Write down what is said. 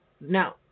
Now